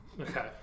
Okay